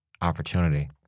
opportunity